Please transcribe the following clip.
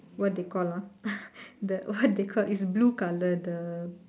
what they call ah the what they call is blue colour the